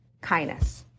kindness